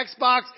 Xbox